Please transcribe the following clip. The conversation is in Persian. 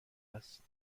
است